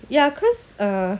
ya cause uh